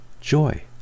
joy